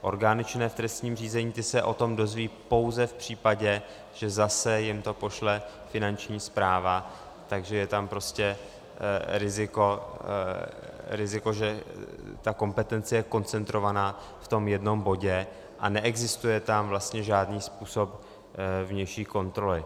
Orgány činné v trestním řízení se o tom dozvědí pouze v případě, že zase jim to pošle Finanční správa, takže je tam prostě riziko, že ta kompetence je koncentrovaná v tom jednom bodě, a neexistuje tam vlastně žádný způsob vnější kontroly.